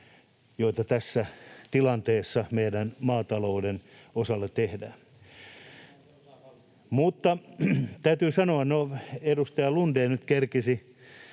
joita tässä tilanteessa meidän maatalouden osalla pidetään. Täytyy sanoa — no, edustaja Lundén nyt kerkesi